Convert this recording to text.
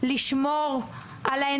כי הבנתי שמתחילים לתקוף אותנו על זה